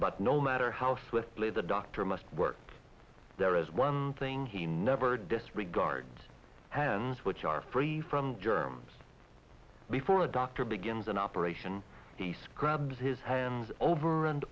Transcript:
but no matter how swiftly the doctor must work there is one thing he never disregards which are free from germs before a doctor begins an operation grabs his hands over and